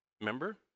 remember